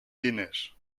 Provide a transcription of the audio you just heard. diners